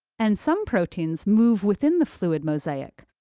and some proteins move within the fluid mosaic,